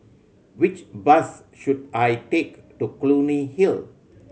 which bus should I take to Clunny Hill